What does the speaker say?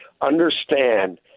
understand